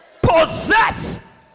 possess